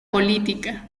política